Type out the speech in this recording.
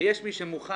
ויש מי שמוכן,